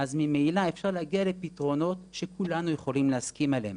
אז ממילא אפשר להגיע לפתרונות שכולנו יכולים להסכים עליהם.